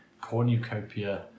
cornucopia